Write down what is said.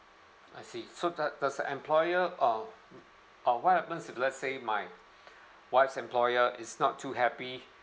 I see so does does the employer um uh what happens if let's say my wife's employer is not too happy